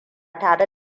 tare